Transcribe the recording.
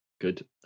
Good